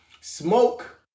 Smoke